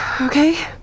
okay